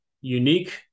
unique